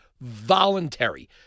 Voluntary